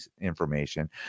information